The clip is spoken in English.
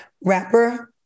Rapper